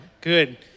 good